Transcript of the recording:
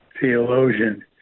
theologian